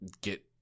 get